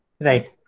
Right